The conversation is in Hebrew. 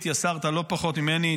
התייסרת לא פחות ממני.